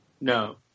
No